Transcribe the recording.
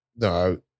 No